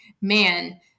man